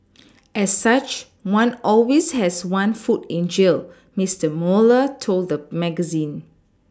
as such one always has one foot in jail Mister Mueller told the magazine